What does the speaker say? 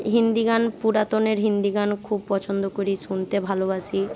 হিন্দি গান পুরাতনের হিন্দি গান খুব পছন্দ করি শুনতে ভালোবাসি